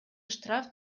штраф